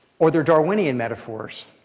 or they're darwinian metaphors.